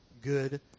good